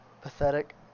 Pathetic